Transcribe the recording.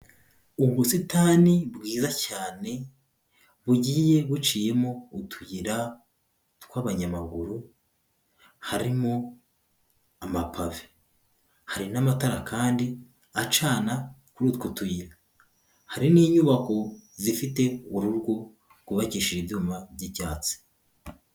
Ubusitani bwiza cyane, bugiye buciyemo utuyira tw'abanyamaguru, harimo amapave. Hari n'amatara kandi acana kuri utwo tuyira, Hari n'inyubako zifite urugo, rwubakishije ibyuma by'ibyatsi.